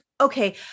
okay